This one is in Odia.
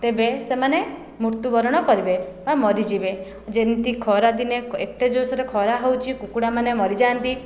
ତେବେ ସେମାନେ ମୃତ୍ୟୁବରଣ କରିବେ ବା ମରିଯିବେ ଯେମିତି ଖରାଦିନେ ଏତେ ଜୋର ସରେ ଖରା ହେଉଛି କୁକୁଡ଼ାମାନେ ମରିଯାଆନ୍ତି